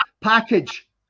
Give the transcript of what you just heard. package